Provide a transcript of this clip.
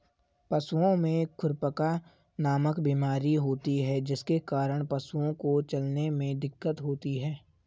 पशुओं में खुरपका नामक बीमारी होती है जिसके कारण पशुओं को चलने में दिक्कत होती है